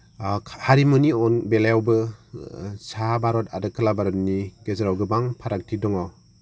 ओ हारिमुनि बेलायावो ओ सा भारत आरो खोला भारतनि गेजेराव गोबां फारागथि दङ